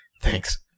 Thanks